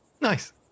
Nice